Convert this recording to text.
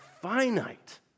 finite